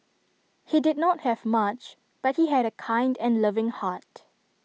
he did not have much but he had A kind and loving heart